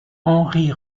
henri